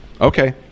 Okay